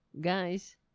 Guys